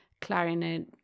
clarinet